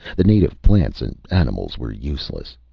the native plants and animals were useless.